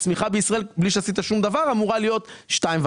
הצמיחה בישראל בלי שעשית שום דבר אמורה להיות 2.5%,